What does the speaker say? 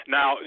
Now